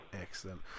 Excellent